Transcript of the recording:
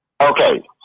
Okay